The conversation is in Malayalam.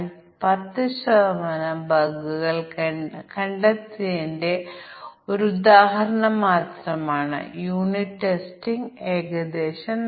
അതിനാൽ നമുക്ക് ഈ കേസുകൾ ചർച്ച ചെയ്യാം ഈ പ്രത്യേക കേസുകൾ എങ്ങനെ കൈകാര്യം ചെയ്യാം